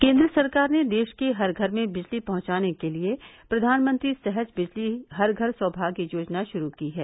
केंद्र सरकार ने देश के हर घर में बिजली पहुंचाने के लिए प्रधानमंत्री सहज बिजली हर घर सौभाग्य योजना शुरू की है